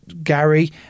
Gary